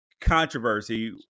controversy